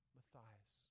Matthias